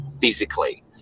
physically